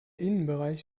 innenbereich